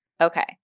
Okay